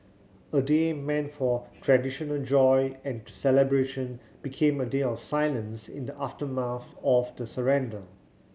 a day meant for traditional joy and celebration became a day of silence in the aftermath of the surrender